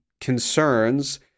concerns